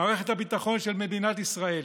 מערכת הביטחון של מדינת ישראל.